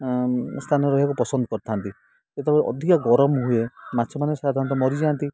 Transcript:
ସ୍ଥାନରେ ରହିବାକୁ ପସନ୍ଦ କରିଥାନ୍ତି ଯେତେବେଳେ ଅଧିକା ଗରମ ହୁଏ ମାଛମାନେ ସାଧାରଣତଃ ମରିଯାଆନ୍ତି